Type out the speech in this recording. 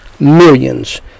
Millions